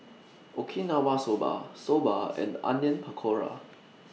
Okinawa Soba Soba and Onion Pakora